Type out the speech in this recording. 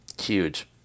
huge